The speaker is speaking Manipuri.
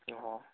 ꯑꯣꯍꯣ